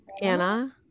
Anna